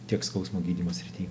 tiek skausmo gydymo srity